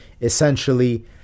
essentially